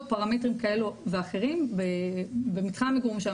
פרמטרים כאלו ואחרים במתחם המגורים שלה,